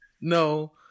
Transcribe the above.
No